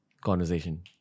conversation